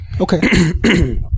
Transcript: Okay